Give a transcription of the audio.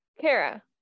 Kara